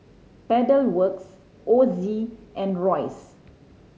Pedal Works Ozi and Royce